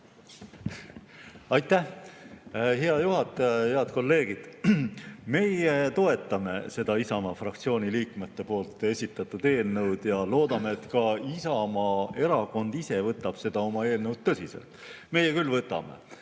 Aitäh! Hea juhataja! Head kolleegid! Meie toetame seda Isamaa fraktsiooni liikmete esitatud eelnõu ja loodame, et ka Isamaa Erakond ise võtab seda eelnõu tõsiselt. Meie küll võtame,